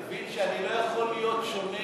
תבין שאני לא יכול להיות שונה